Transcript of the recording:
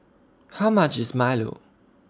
How much IS Milo